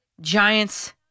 Giants